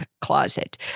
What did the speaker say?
closet